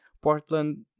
portland